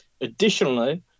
Additionally